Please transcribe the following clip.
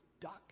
duck